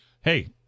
Hey